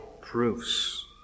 proofs